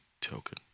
token